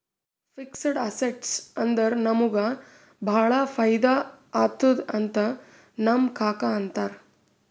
fixed assets ಇದ್ದುರ ನಮುಗ ಭಾಳ ಫೈದಾ ಆತ್ತುದ್ ಅಂತ್ ನಮ್ ಕಾಕಾ ಅಂತಾರ್